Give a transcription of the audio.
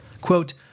Quote